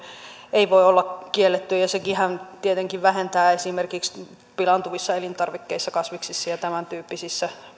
ei voi olla kiellettyä ja ja sekinhän tietenkin vähentää esimerkiksi pilaantuvissa elintarvikkeissa kasviksissa ja ja tämäntyyppisissä